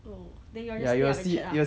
oh then you'll just stay up and chat ah